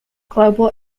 global